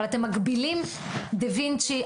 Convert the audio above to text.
דה וינצ'י.